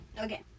Okay